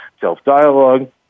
self-dialogue